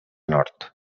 nord